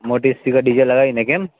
મોટી સ્પીકર ડે જે લગાવીને કેમ